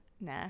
Nah